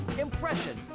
impression